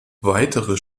weitere